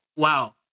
Wow